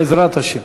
בעזרת השם.